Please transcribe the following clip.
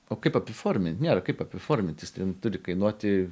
o kaip apiformint nėra kaip apiformint jis ten turi kainuoti